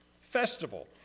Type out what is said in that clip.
festival